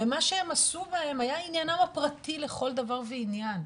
ומה שהם עשו בהם היה עניינם הפרטי לכל דבר ועניין.